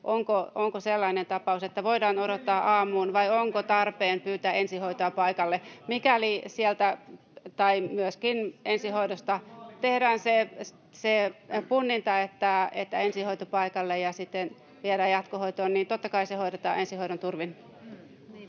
onko sellainen tapaus, että voidaan odottaa aamuun, vai onko tarpeen pyytää ensihoitoa paikalle. [Antti Kurvinen: Persut puhui vaalikentillä vähän muuta!] Mikäli sieltä tai myöskin ensihoidosta tehdään se punninta, että ensihoito paikalle ja sitten viedään jatkohoitoon, niin totta kai se hoidetaan ensihoidon turvin.